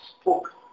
spoke